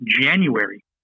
January